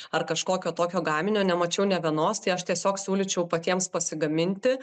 ar kažkokio tokio gaminio nemačiau nė vienos tai aš tiesiog siūlyčiau patiems pasigaminti